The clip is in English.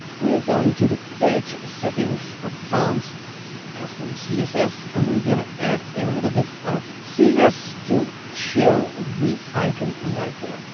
we're going to the page settings, advanced custom css, and we're going to add a little bit of css to show the icon right there.